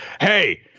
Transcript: hey